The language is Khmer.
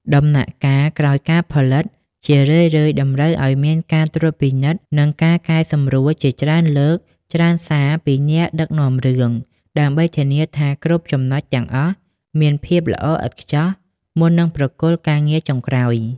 ដំណាក់កាលក្រោយការផលិតជារឿយៗតម្រូវឱ្យមានការត្រួតពិនិត្យ និងការកែសម្រួលជាច្រើនលើកច្រើនសាពីអ្នកដឹកនាំរឿង ដើម្បីធានាថាគ្រប់ចំណុចទាំងអស់មានភាពល្អឥតខ្ចោះមុននឹងប្រគល់ការងារចុងក្រោយ។